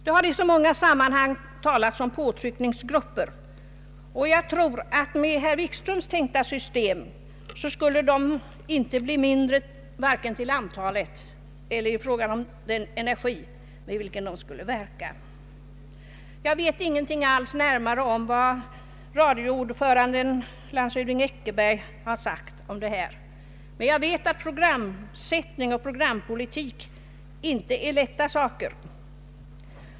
Det har i många sammanhang talats om påtryckningsgrupper, och om det system herr Wikström tänkt sig genomfördes skulle dessa inte minska vare sig till antalet eller i fråga om den energi med vilken de skulle verka. Jag vet inte något närmare om vad radiostyrelsens ordförande landshövding Eckerberg har sagt om detta, men jag vet att programsättning och programpolitik inte är lättbemästrade problem.